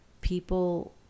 people